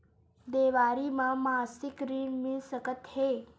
देवारी म मासिक ऋण मिल सकत हे?